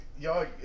y'all